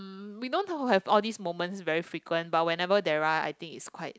we don't have have all these moments very frequent but whenever there are I think it's quite